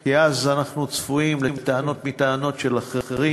כי אז אנחנו צפויים לטענות מטענות של אחרים.